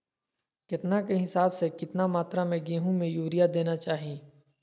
केतना के हिसाब से, कितना मात्रा में गेहूं में यूरिया देना चाही?